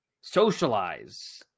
socialize